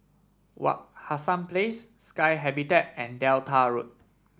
Wak Hassan Place Sky Habitat and Delta Road